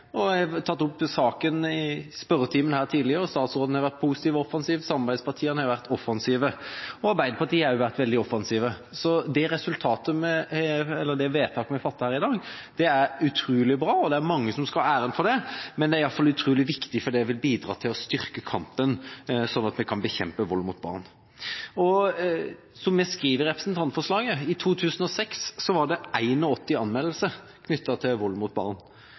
veien. Jeg har tatt opp saken tidligere, i spørretimen. Statsråden har vært positiv og offensiv, samarbeidspartiene har vært offensive, og Arbeiderpartiet har vært veldig offensivt. Det vedtaket vi fatter i dag, er utrolig bra, og det mange som skal ha æren for det. Det er iallfall utrolig viktig, for det vil bidra til å styrke kampen, sånn at vi kan bekjempe vold mot barn. Som vi skriver i representantforslaget, i 2006 var det 81 anmeldelser knyttet til vold mot barn.